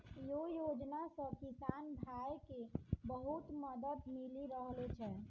यै योजना सॅ किसान भाय क बहुत मदद मिली रहलो छै